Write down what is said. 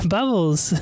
Bubbles